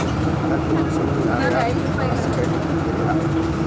Health insurance ನ ಯಾರ್ ಯಾರ್ ಮಾಡ್ಸ್ಲಿಕ್ಕೆ ಅಡ್ಡಿ ಇಲ್ಲಾ?